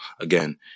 again